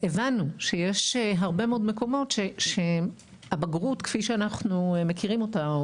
הבנו שיש הרבה מאוד מקומות שהבגרות כפי שאנחנו מכירים אותה,